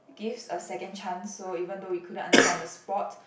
gives a second chance so even though we couldn't answer on the spot